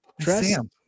Sam